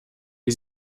wie